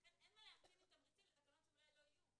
לכן אין מה ל- - -תמריצים לתקנות שאולי לא יהיו.